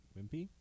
Wimpy